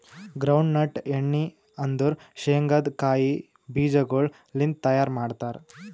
ground nut ಎಣ್ಣಿ ಅಂದುರ್ ಶೇಂಗದ್ ಕಾಯಿ ಬೀಜಗೊಳ್ ಲಿಂತ್ ತೈಯಾರ್ ಮಾಡ್ತಾರ್